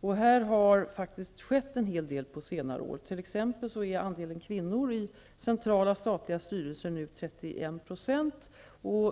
Och här har det faktiskt skett en hel del på senare år. Andelen kvinnor i centrala statliga styrelser t.ex. är nu 31 %.